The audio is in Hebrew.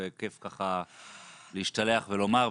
וכיף להשתלח ולומר,